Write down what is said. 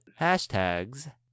hashtags